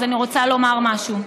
אז אני רוצה לומר משהו: